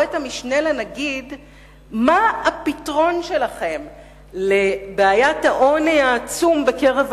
לרבות שר האוצר פרופסור שטייניץ,